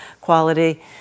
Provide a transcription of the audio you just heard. quality